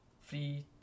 free